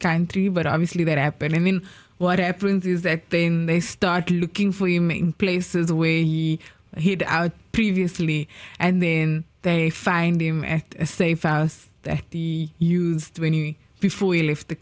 you but obviously that happened i mean what happens is that then they start looking for the main places the way he hid out previously and then they find him at a safe house that he used to any before he left the